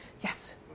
yes